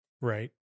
Right